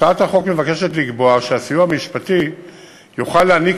הצעת החוק מבקשת לקבוע שהאגף לסיוע משפטי יוכל להעניק